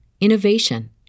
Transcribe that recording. innovation